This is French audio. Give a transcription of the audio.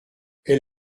elle